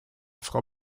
frau